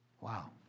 Wow